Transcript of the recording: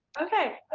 okay!